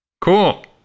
Cool